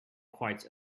quite